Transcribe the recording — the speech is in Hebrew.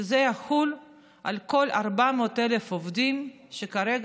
שזה יחול על כל 400,000 העובדים שכרגע